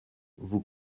vous